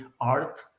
art